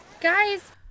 Guys